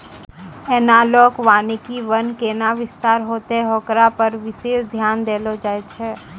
एनालाँक वानिकी वन कैना विस्तार होतै होकरा पर विशेष ध्यान देलो जाय छै